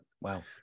Wow